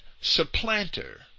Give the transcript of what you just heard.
supplanter